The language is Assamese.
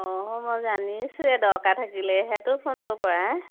অঁ মই জানিছোঁৱেই দৰকাৰ থাকিলেহেতো ফোনটো কৰা